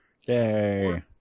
Yay